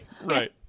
Right